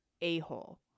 a-hole